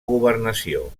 governació